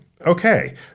Okay